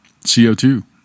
co2